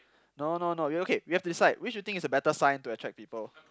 no no no you okay you have to decide which is a better sign to attract people